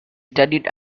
studied